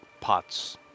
pots